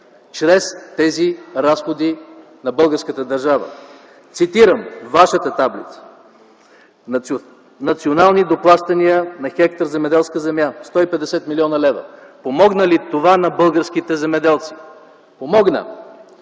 чрез тези разходи на българската държава. Цитирам вашата таблица: национални доплащания на хектар земеделска земя – 150 млн. лв. Помогна ли това на българските земеделци? Помогна.